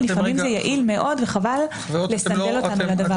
לפעמים זה יעיל מאוד וחבל לסנדל אותנו לדבר.